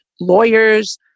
lawyers